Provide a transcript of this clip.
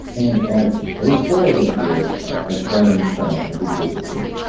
and at at least four of those years, i put on an experiment. i didn't do it this year.